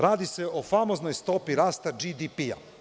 Radi se o famoznoj stopi rasta BDP.